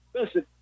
listen